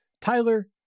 Tyler